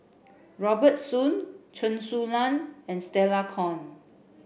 Robert Soon Chen Su Lan and Stella Kon